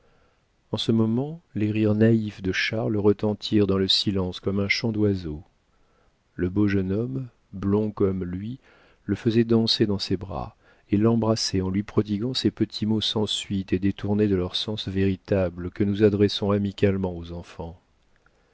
en ce moment les rires naïfs de charles retentirent dans le silence comme un chant d'oiseau le beau jeune homme blond comme lui le faisait danser dans ses bras et l'embrassait en lui prodiguant ces petits mots sans suite et détournés de leur sens véritable que nous adressons amicalement aux enfants